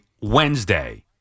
Wednesday